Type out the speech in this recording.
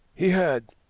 he had.